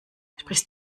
sprichst